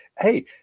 Hey